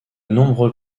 nombreux